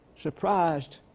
surprised